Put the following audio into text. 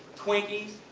twinkies.